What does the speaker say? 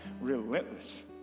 relentless